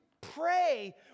pray